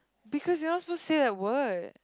because you're not supposed to say that word